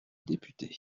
député